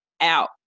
out